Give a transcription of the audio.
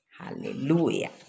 Hallelujah